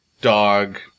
dog